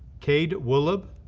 kade wohlleb,